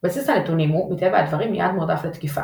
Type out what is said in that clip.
בסיס הנתונים הוא, מטבע הדברים, יעד מועדף לתקיפה.